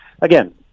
Again